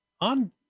on